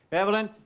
evelyn,